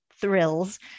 thrills